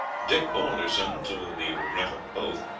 dick balderson, to the regret of both,